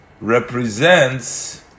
represents